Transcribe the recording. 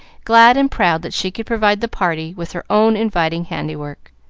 glad and proud that she could provide the party with her own inviting handiwork.